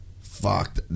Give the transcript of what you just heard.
Fuck